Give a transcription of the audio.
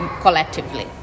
Collectively